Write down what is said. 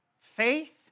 faith